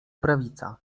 prawica